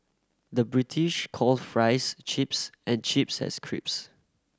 the British calls fries chips and chips has crisps